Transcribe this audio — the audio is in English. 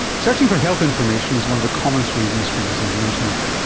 searching for health information is one of the commonest reasons for using the internet.